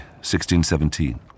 1617